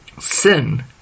sin